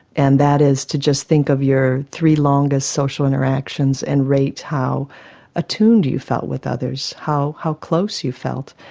and that is to just think of your three longest social interactions and rate how attuned you you felt with others, how how close you felt.